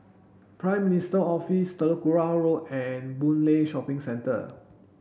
Prime Minister's Office Telok Kurau Road and Boon Lay Shopping Centre